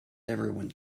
everyone